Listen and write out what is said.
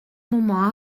moment